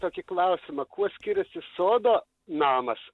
tokį klausimą kuo skiriasi sodo namas